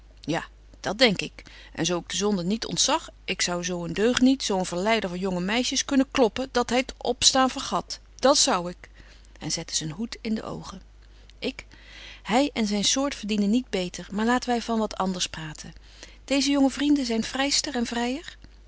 ja dat denk ik en zo ik de zonde niet ontzag ik zou zo een deugeniet zo een verleider van jonge meisjes kunnen kloppen dat hy t opstaan vergat dat zou ik en zette zyn hoed in de oogen ik hy en zyn soort verdienen niet beter maar laten wy van wat anders praten deeze jonge vrienden zyn vryster en vryer